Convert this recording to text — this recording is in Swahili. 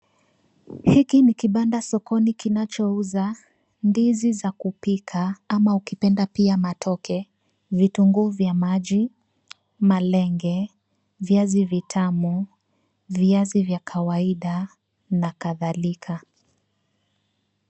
Hiki ni kibanda sokoni kinacho uza ndizi za kupika au ukipenda matoke, vitunguu vya maji, malenge, viazi vitamu, viazi vya kawaida na kadhalika